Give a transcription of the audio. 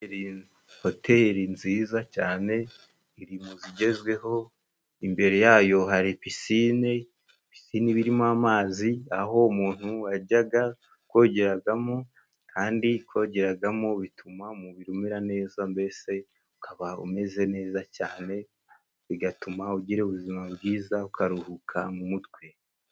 Hoteli nziza cyane iri mu zigezweho, imbere yayo hari pisine, pisine iba irimo amazi aho umuntu ajyaga kogeragamo, kandi kogeragamo bituma umubiri umera neza, mbese ukaba umeze neza cyane, bigatuma ugira ubuzima bwiza ukaruhuka mu mutwe.